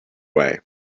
way